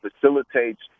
facilitates